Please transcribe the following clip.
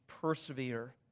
persevere